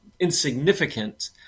insignificant